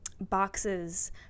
boxes